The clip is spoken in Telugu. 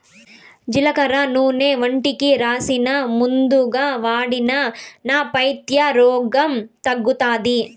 జీలకర్ర నూనె ఒంటికి రాసినా, మందుగా వాడినా నా పైత్య రోగం తగ్గుతాది